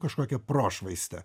kažkokią prošvaistę